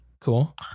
cool